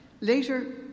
Later